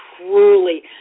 truly